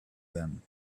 them